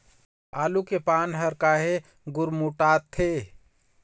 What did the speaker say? आलू के पान हर काहे गुरमुटाथे?